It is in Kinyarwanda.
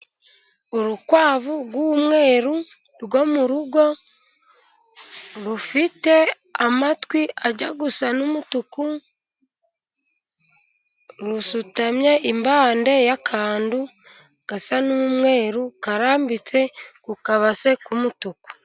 Urukwavu rw'umweru rwo mu rugo rufite amatwi ajya gusa n'umutuku rusutamye impande y'akantu gasa n'umweru, karambitse ku kabase k'umutuku.